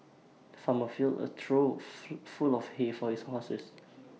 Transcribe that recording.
the farmer filled A trough full of hay for his horses